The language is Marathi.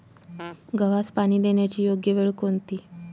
गव्हास पाणी देण्याची योग्य वेळ कोणती?